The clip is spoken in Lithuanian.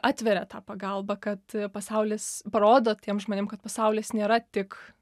atveria tą pagalbą kad pasaulis parodo tiem žmonėm kad pasaulis nėra tik